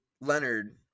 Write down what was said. leonard